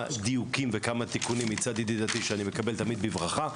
דיוקים וכמה תיקונים מצד ידידתי שאני מקבל תמיד בברכה.